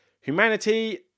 Humanity